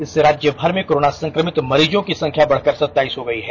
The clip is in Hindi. इससे राज्य भर में कोरोना संक्रमित मरीजों की संख्या बढकर सताईस हो गई है